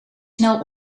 snel